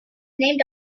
named